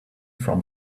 from